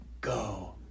go